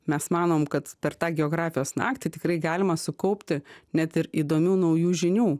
mes manom kad per tą geografijos naktį tikrai galima sukaupti net ir įdomių naujų žinių